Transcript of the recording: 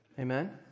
Amen